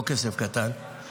לא כסף קטן,